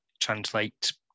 translate